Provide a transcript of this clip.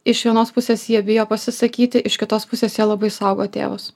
iš vienos pusės jie bijo pasisakyti iš kitos pusės jie labai saugo tėvus